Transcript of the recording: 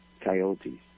coyotes